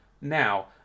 Now